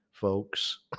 folks